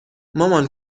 مامان